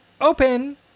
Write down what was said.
Open